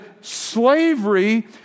slavery